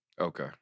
Okay